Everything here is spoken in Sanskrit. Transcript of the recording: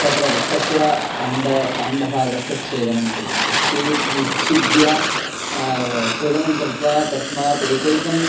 तत्र वृक्षस्य काण्ड काण्डभागस्य छेदनं कुर्वन्ति छी विच्छिद्य छेदनं कृत्वा तस्मात् एकैकं